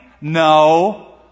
No